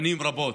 שנים רבות.